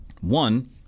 One